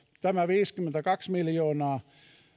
tämä viisikymmentäkaksi miljoonaa